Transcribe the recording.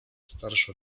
starszy